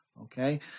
Okay